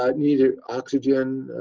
ah neither oxygen